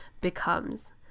becomes